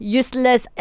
useless